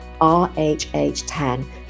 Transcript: RHH10